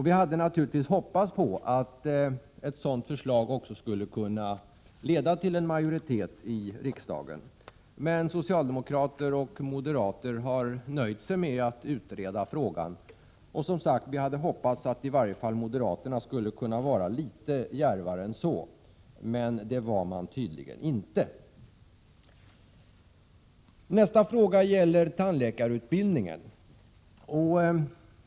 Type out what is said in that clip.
Vi hade naturligtvis hoppats på att ett sådant förslag också skulle kunna vinna en majoritet i riksdagen, men socialdemokrater och moderater har nöjt sig med att utreda frågan. Vi hade som sagt hoppats att i varje fall moderaterna skulle ha kunnat vara litet djärvare än så, men det var de tydligen inte. Nästa fråga gäller tandläkarutbildningen.